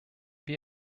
wir